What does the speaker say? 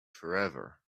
forever